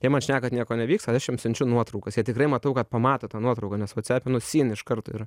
jie man šneka kad nieko nevyksta aš jiem siunčiu nuotraukas jie tikrai matau kad pamato tą nuotrauką nes vuocepe nu syn iš karto yra